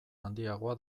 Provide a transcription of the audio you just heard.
handiagoa